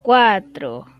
cuatro